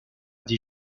des